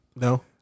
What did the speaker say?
No